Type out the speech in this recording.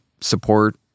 support